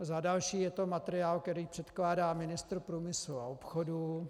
Za další, je to materiál, který předkládá ministr průmyslu a obchodu.